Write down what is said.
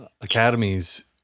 academies